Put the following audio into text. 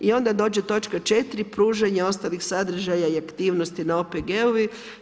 I onda dođe točka 4 pružanje ostalih sadržaja i aktivnosti na OPG-ovima.